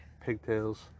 pigtails